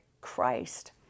Christ